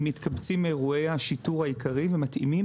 מתקבצים אירועי השיטור העיקריים ומתאימים